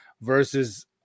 versus